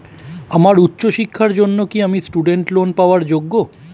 আমার উচ্চ শিক্ষার জন্য কি আমি স্টুডেন্ট লোন পাওয়ার যোগ্য?